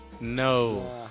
no